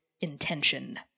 intention